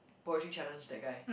poetry challenge that guy